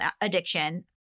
addiction